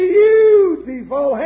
beautiful